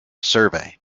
survey